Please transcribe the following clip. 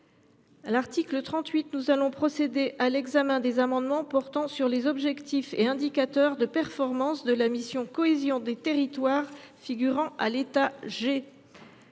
pas adopté. Nous allons procéder à l’examen de l’amendement portant sur les objectifs et indicateurs de performance de la mission « Cohésion des territoires », figurant à l’état G.